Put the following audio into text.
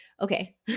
okay